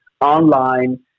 online